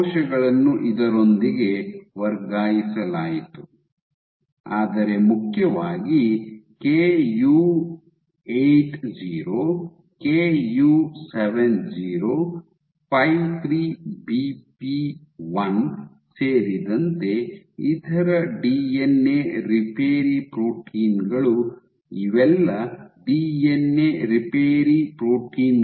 ಕೋಶಗಳನ್ನು ಇದರೊಂದಿಗೆ ವರ್ಗಾಯಿಸಲಾಯಿತು ಆದರೆ ಮುಖ್ಯವಾಗಿ ಕೆಯು 80 ಕೆಯು 70 53 ಬಿಪಿ 1 ಸೇರಿದಂತೆ ಇತರ ಡಿಎನ್ಎ ರಿಪೇರಿ ಪ್ರೋಟೀನ್ ಗಳು ಇವೆಲ್ಲ ಡಿಎನ್ಎ ರಿಪೇರಿ ಪ್ರೋಟೀನ್ ಗಳು